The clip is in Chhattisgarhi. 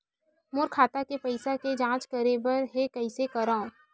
मोर खाता के पईसा के जांच करे बर हे, कइसे करंव?